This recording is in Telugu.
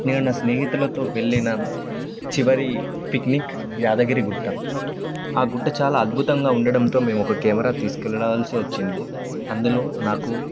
నేను నా స్నేహితులతో వెళ్ళిన చివరి పిక్నిక్ యాాదగిరి గుట్ట ఆ గుట్ట చాలా అద్భుతంగా ఉండడంతో మేము ఒక కేెమెరా తీసుకెళ్ళాల్సి వచ్చింది అందులో నాకు